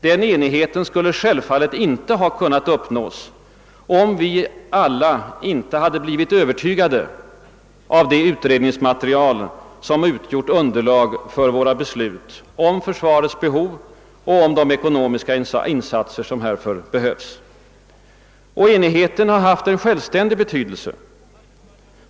Den enigheten skulle självfallet inte ha kunnat uppnås, om vi alla inte hade blivit övertygade av det utredningsmaterial som utgjort underlag för våra beslut om försvarets behov och härför behövliga ekonomiska insatser. Enigheten har även haft en självständig betydelse.